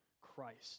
Christ